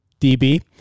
DB